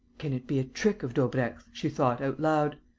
can it be a trick of daubrecq's? she thought, out loud.